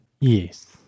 Yes